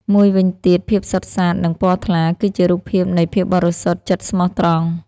មួយវិញទៀតភាពសុទ្ធសាធ និងពណ៌ថ្លា គឺជារូបភាពនៃ ភាពបរិសុទ្ធ ចិត្ដស្មោះត្រង់។